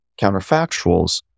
counterfactuals